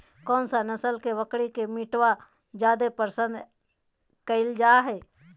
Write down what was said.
कौन सा नस्ल के बकरी के मीटबा जादे पसंद कइल जा हइ?